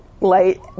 light